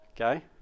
Okay